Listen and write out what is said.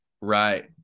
right